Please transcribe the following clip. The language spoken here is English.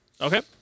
Okay